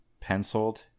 penciled